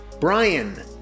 Brian